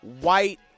white